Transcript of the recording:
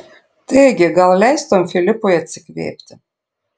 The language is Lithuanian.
taigi gal leistumei filipui atsikvėpti